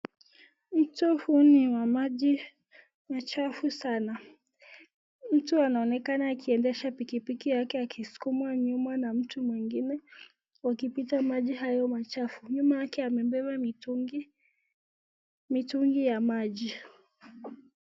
Mto huu ni wa maji chafu sana, mtu anaonekana akiendesha pikipiki yake akiwa akisukumwa nyuma na mtu mwingine, wakipita maji hayo chafu nyuma yake amebeba mitungi ya maji.